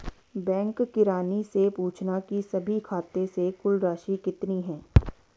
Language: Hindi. बैंक किरानी से पूछना की सभी खाते से कुल राशि कितनी है